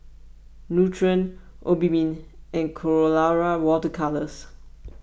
Nutren Obimin and Colora Water Colours